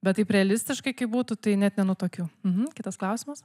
bet taip realistiškai kaip būtų tai net nenutuokiu mh kitas klausimas